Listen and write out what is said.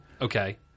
Okay